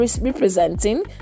representing